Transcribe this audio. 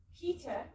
Peter